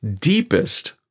deepest